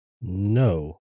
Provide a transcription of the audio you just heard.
No